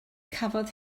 cafodd